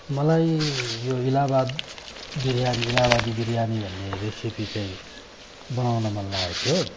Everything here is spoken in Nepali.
मलाई यो इलाहाबाद बिरयानी इलाहाबादी बिरयानी भन्ने रेसिपी चाहिँ बनाउन मन लागेको थियो